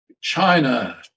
China